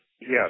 yes